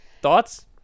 Thoughts